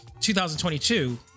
2022